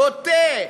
בוטה.